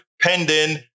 pending